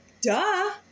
Duh